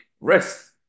rest